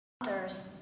others